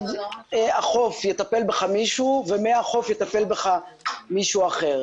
עד החוף יטפל בך מישהו ומהחוף יטפל בך מישהו אחר.